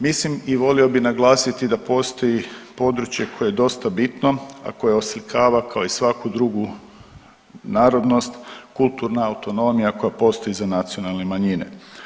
Mislim i volio bih naglasiti da postoji područje koje je dosta bitno, a koje oslikava, kao i svaku drugu narodnost, kulturna autonomija koja postoji za nacionalne manjine.